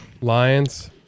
Lions